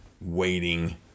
waiting